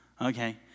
Okay